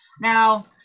now